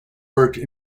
worked